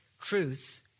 truth